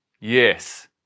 Yes